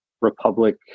Republic